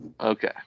okay